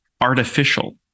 artificial